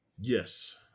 Yes